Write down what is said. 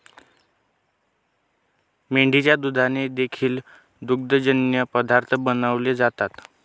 मेंढीच्या दुधाने देखील दुग्धजन्य पदार्थ बनवले जातात